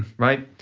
right?